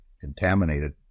contaminated